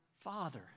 Father